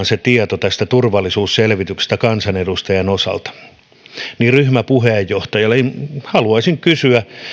se tieto tästä turvallisuusselvityksestä kansanedustajan osalta sitten annetaan ryhmäpuheenjohtajalle ja haluaisin kysyä